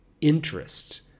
interest